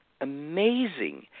amazing